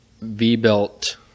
V-belt